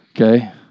okay